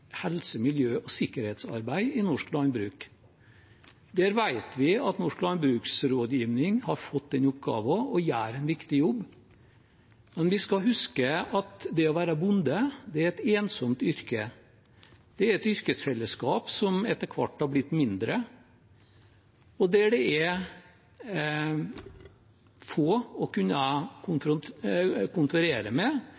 norsk landbruk. Vi vet at Norsk Landbruksrådgiving har fått den oppgaven – og gjør en viktig jobb – men vi skal huske at det å være bonde er et ensomt yrke. Det er et yrkesfellesskap som etter hvert har blitt mindre, og der det er få å kunne